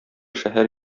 шәһәр